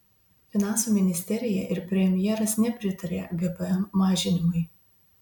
finansų ministerija ir premjeras nepritaria gpm mažinimui